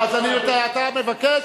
אתה מבקש,